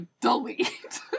delete